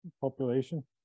population